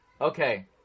Okay